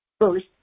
First